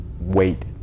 wait